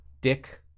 dick